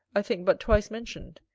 i think but twice mentioned,